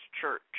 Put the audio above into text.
Church